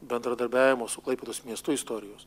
bendradarbiavimo su klaipėdos miestu istorijos